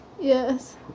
Yes